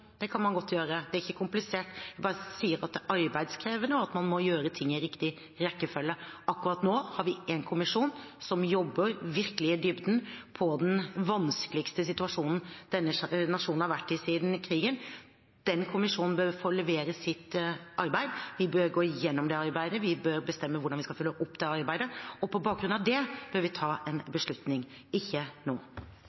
Det kan man godt gjøre, det er ikke komplisert. Jeg sier bare at det er arbeidskrevende, og at man må gjøre ting i riktig rekkefølge. Akkurat nå har vi en kommisjon som jobber virkelig i dybden på den vanskeligste situasjonen denne nasjonen har vært i siden krigen. Den kommisjonen bør få levere sitt arbeid. Vi bør gå gjennom det arbeidet, og vi bør bestemme hvordan vi skal følge opp det arbeidet. På bakgrunn av det bør vi ta en